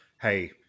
hey